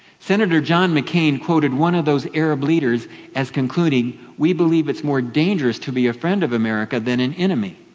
senator john mccain quoted one of those arab leaders as concluding, we believe it's more dangerous to be a friend of america than an enemy